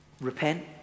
Repent